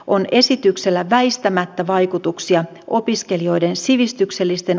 on esityksellä väistämättä vaikutuksia opiskelijoiden sivistyksellisten